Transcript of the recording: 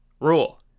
rule